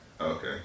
Okay